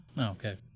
Okay